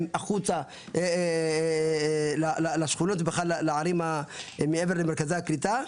החוצה לשכונות ובכלל לערים מעבר למרכזי הקליטה.